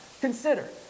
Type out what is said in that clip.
Consider